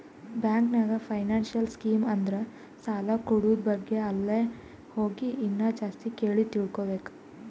bank ನಾಗ್ financial scheme ಅಂದುರ್ ಸಾಲ ಕೂಡದ್ ಬಗ್ಗೆ ಅಲ್ಲೇ ಹೋಗಿ ಇನ್ನಾ ಜಾಸ್ತಿ ಕೇಳಿ ತಿಳ್ಕೋಬೇಕು